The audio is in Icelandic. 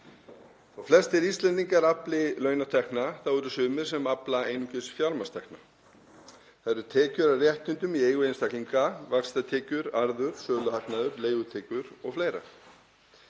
Þótt flestir Íslendingar afli launatekna eru sumir sem afla einungis fjármagnstekna, það eru tekjur af réttindum í eigu einstaklinga, vaxtatekjur, arður, söluhagnaður, leigutekjur o.fl.